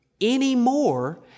anymore